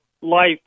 life